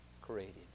created